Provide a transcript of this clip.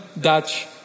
Dutch